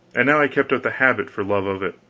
and now i kept up the habit for love of it,